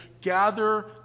gather